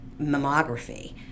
mammography